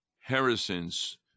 Harrison's